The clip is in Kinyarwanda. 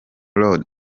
road